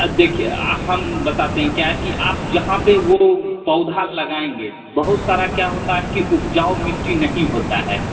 आ देखिए आ हम बताते हें क्या है कि आप जहां पर वो पौधा लगाएंगे बहुत सर क्या होता है की उपजाऊ मिट्टी नही होता है